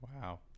Wow